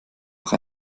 noch